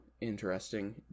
interesting